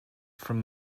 from